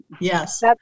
yes